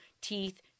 teeth